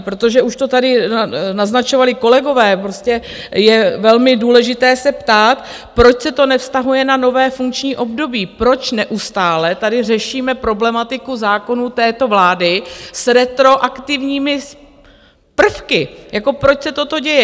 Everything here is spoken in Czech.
Protože už to tady naznačovali i kolegové prostě je velmi důležité se ptát, proč se to nevztahuje na nové funkční období, proč neustále tady řešíme problematiku zákonů této vlády s retroaktivními prvky, proč se toto děje.